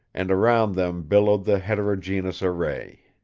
and around them billowed the heterogeneous array.